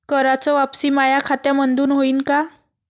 कराच वापसी माया खात्यामंधून होईन का?